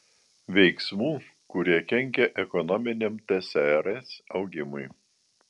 veiksmų kurie kenkia ekonominiam tsrs augimui